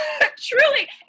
truly